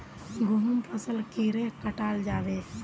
गहुम फसल कीड़े कटाल जाबे?